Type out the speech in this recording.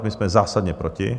My jsme zásadně proti.